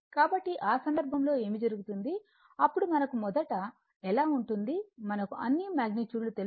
కాబట్టి ఆ సందర్భంలో ఏమి జరుగుతుంది అప్పుడు మనకు మొదట ఎలా ఉంటుంది మనకు అన్ని మాగ్నిట్యూడ్లు తెలుసు